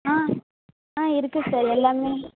ஆ ஆ இருக்கு சார் எல்லாமே